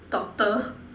daughter